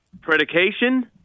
predication